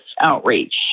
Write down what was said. outreach